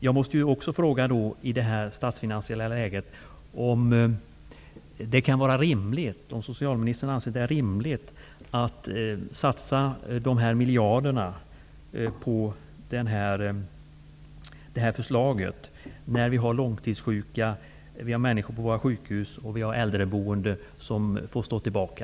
Jag måste också fråga om socialministern i nuvarande statsfinansiella läge anser det rimligt att satsa de här miljarderna på detta förslag samtidigt som vi har långtidssjuka, människor som ligger på våra sjukhus och äldreboende som får stå tillbaka.